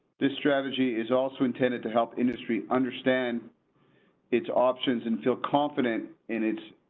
this strategy is also intended to help industry, understand its options and feel confident and its.